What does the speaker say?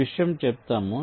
ఈ విషయం చెప్తాము